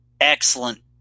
Excellent